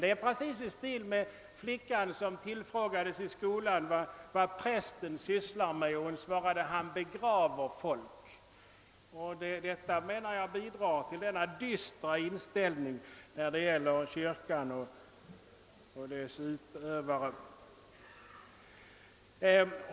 Det blir precis i stil med flickan som tillfrågades i skolan om vad prästen sysslade med och som då svarade: »Han begraver folk.» Det kommer alltså att bidra till en dyster inställningen till kyrkan och dess verksamhet.